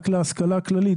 רק להשכלה הכללית,